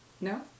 No